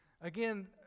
Again